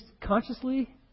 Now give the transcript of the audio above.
consciously